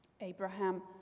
Abraham